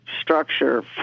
structure